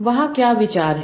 वहां क्या विचार है